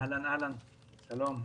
אהלן, שלום.